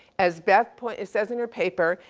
as beth point, it says in her paper,